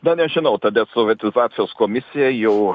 na nežinau ta desovietizacijos komisija jau